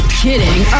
kidding